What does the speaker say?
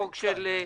מצוין.